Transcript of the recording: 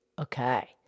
Okay